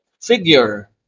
Figure